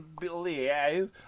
believe